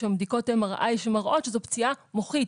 יש היום בדיקות MRI שמראות שזו פציעה מוחית,